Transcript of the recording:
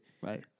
Right